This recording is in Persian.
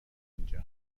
اینجا